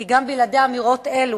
כי גם בלעדי אמירות אלו,